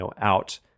out